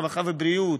הרווחה והבריאות.